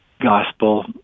gospel